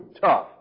tough